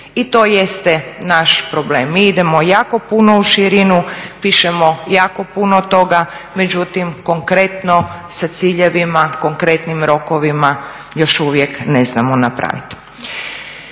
I to jeste naš problem, mi idemo jako puno u širinu, pišemo jako puno toga, međutim konkretno sa ciljevima, konkretnim rokovima još uvijek ne znamo napraviti.